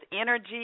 energy